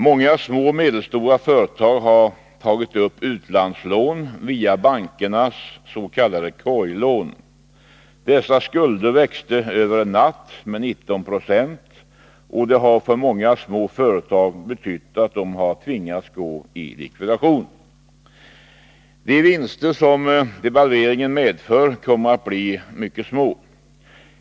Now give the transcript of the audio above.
Många små och medelstora företag har tagit upp utlandslån via bankernas s.k. korglån. Dessa skulder växte över en natt med 19 26, vilket för många små företag har betytt att de tvingats gå i likvidation. De vinster som devalveringen medför kommer att bli mycket små.